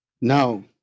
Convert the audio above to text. now